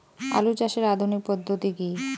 আলু চাষের আধুনিক পদ্ধতি কি?